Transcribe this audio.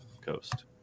Coast